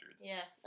Yes